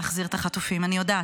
להחזיר את החטופים, אני יודעת.